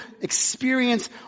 experience